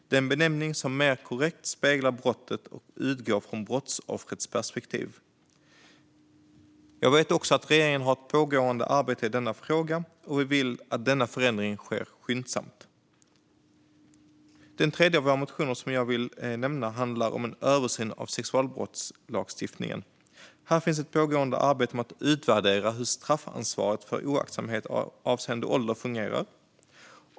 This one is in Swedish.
Det är en benämning som mer korrekt speglar brottet och utgår från brottsoffrets perspektiv. Jag vet att regeringen har ett pågående arbete i denna fråga, och vi vill att denna förändring sker skyndsamt. Den tredje av våra motioner som jag vill nämna handlar om en översyn av sexualbrottslagstiftningen. Här finns ett pågående arbete med att utvärdera hur straffansvaret för oaktsamhet avseende ålder fungerar.